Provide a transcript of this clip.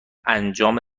انجام